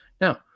Now